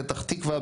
פתח תקווה,